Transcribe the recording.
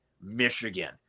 Michigan